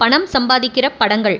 பணம் சம்பாதிக்கிற படங்கள்